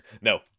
no